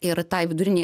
ir tai vidurinei